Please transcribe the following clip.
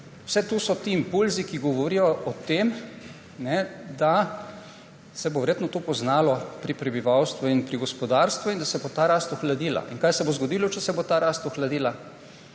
Vse to so ti impulzi, ki govorijo o tem, da se bo verjetno to poznalo pri prebivalstvu in pri gospodarstvu in da se bo ta rast ohladila. In kaj se bo zgodilo, če se bo ta rast ohladila?